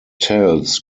tells